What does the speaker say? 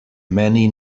many